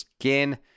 again